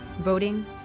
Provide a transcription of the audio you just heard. voting